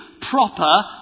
proper